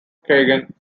kagan